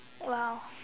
!wow!